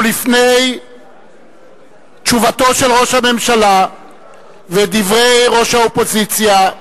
לפני תשובתו של ראש הממשלה ודברי ראש האופוזיציה,